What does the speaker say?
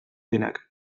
denak